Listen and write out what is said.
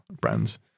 brands